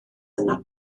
yno